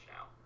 now